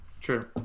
True